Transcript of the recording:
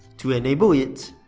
to enable it,